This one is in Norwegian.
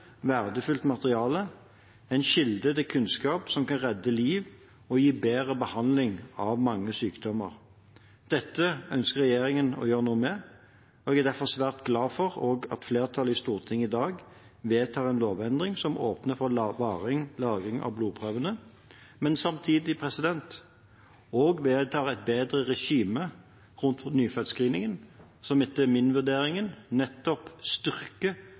materiale – en kilde til kunnskap som kan redde liv og gi bedre behandling av mange sykdommer. Dette ønsker regjeringen å gjøre noe med. Jeg er derfor svært glad for at flertallet i Stortinget i dag vedtar en lovendring som åpner for varig lagring av blodprøvene, men samtidig også vedtar et bedre regime rundt nyfødtscreeningen, som etter min vurdering nettopp